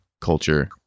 culture